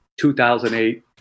2008